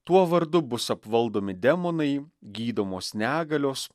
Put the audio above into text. tuo vardu bus apvaldomi demonai gydomos negalios